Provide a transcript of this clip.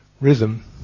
rhythm